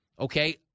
okay